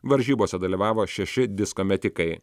varžybose dalyvavo šeši disko metikai